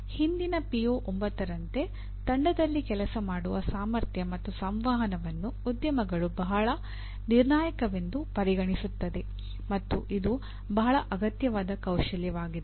ಪಿಒ10 ತಂಡದಲ್ಲಿ ಕೆಲಸ ಮಾಡುವ ಸಾಮರ್ಥ್ಯ ಮತ್ತು ಸಂವಹನವನ್ನು ಉದ್ಯಮಗಳು ಬಹಳ ನಿರ್ಣಾಯಕವೆಂದು ಪರಿಗಣಿಸುತ್ತದೆ ಮತ್ತು ಇದು ಬಹಳ ಅಗತ್ಯವಾದ ಕೌಶಲ್ಯವಾಗಿದೆ